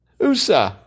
USA